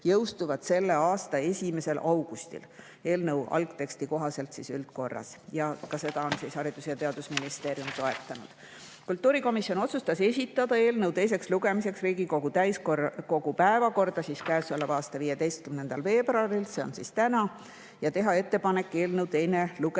selle aasta 1. augustil, seega eelnõu algteksti kohaselt üldkorras. Ka seda on Haridus‑ ja Teadusministeerium toetanud. Kultuurikomisjon otsustas esitada eelnõu teiseks lugemiseks Riigikogu täiskogu päevakorda käesoleva aasta 15. veebruaril, see on täna, ja teha ettepaneku eelnõu teine lugemine